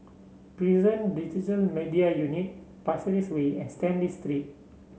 Prison Digital Media Unit Pasir Ris Way and Stanley Street